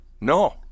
No